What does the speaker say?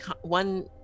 one